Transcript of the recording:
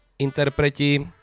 interpreti